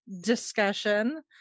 discussion